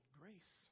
grace